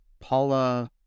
paula